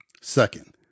Second